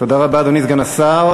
תודה רבה, אדוני סגן השר.